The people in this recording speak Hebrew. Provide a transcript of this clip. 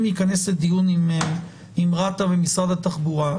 להיכנס לדיון עם רשות התעופה ומשרד התחבורה.